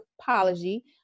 apology